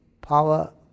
power